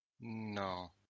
No